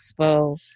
expo